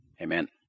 Amen